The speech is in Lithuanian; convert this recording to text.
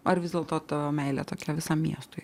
ar vis dėlto tavo meilė tokia visam miestui